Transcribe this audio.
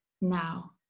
now